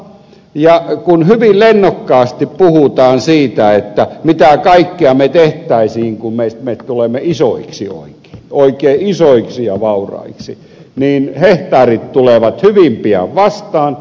ja kun hyvin lennokkaasti puhutaan siitä mitä kaikkea me tehtäisiin kun me tulemme isoiksi oikein isoiksi ja vauraiksi niin hehtaarit tulevat hyvin pian vastaan